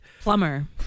Plumber